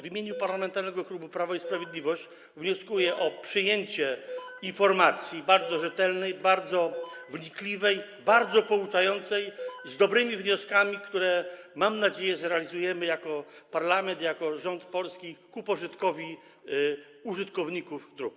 W imieniu Klubu Parlamentarnego Prawo i Sprawiedliwość wnioskuję o przyjęcie informacji, bardzo rzetelnej, bardzo wnikliwej, bardzo pouczającej, z dobrymi wnioskami, które, mam nadzieję, zrealizujemy jako parlament, jako polski rząd ku pożytkowi użytkowników dróg.